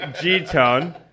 g-tone